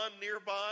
nearby